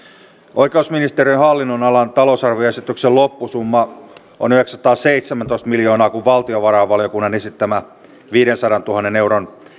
oikeusministeriön hallinnonalan talousarvioesityksen loppusumma on yhdeksänsataaseitsemäntoista miljoonaa kun valtiovarainvaliokunnan esittämä viidensadantuhannen euron